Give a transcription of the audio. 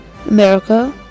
America